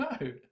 No